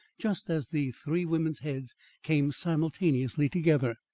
just as the three women's heads came simultaneously together.